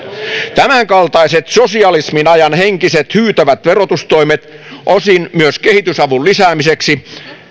tämänkaltaiset sosialismin ajan henkiset hyytävät verotustoimet osin myös kehitysavun lisäämiseksi